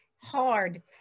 hard